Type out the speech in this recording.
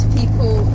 people